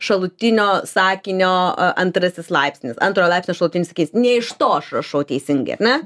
šalutinio sakinio antrasis laipsnis antrojo laipsnio šalutinis sakinys ne iš to aš rašau teisingai ar ne